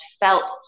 felt